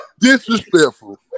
Disrespectful